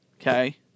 Okay